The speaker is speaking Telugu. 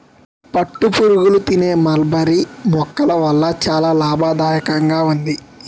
పట్టుపురుగులు తినే మల్బరీ మొక్కల వల్ల చాలా లాభదాయకంగా ఉంది